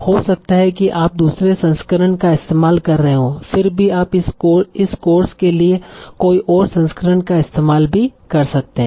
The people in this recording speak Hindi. तो हो सकता है कि आप दूसरे संस्करण का इस्तेमाल कर रहे हो फिर भी आप इस कोर्स के लिए कोई और संस्करण का इस्तेमाल भी कर सकते है